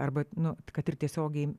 arba nu kad ir tiesiogiai